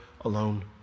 alone